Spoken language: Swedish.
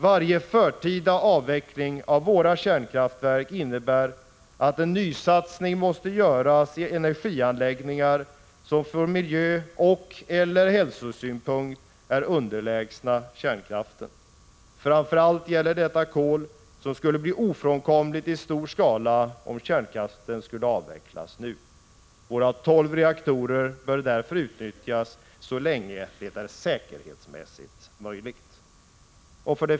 Varje förtida avveckling av våra kärnkraftverk innebär att en nysatsning måste göras i energianläggningar som från miljöeller hälsosynpunkt är underlägsna kärnkraften. Framför allt gäller detta kol, som skulle bli ofrånkomligt i stor skala om kärnkraften skulle avvecklas nu. Våra tolv reaktorer bör därför utnyttjas så länge det är säkerhetsmässigt möjligt.